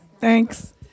Thanks